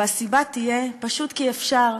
והסיבה תהיה: פשוט כי אפשר.